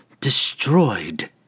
Destroyed